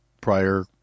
prior